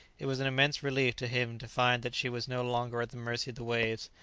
it was an immense relief to him to find that she was no longer at the mercy of the waves,